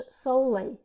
solely